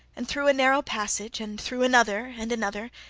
and through a narrow passage, and through another, and another,